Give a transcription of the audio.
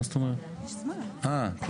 זאת אומרת שזה נותן מענה.